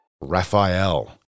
Raphael